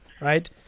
right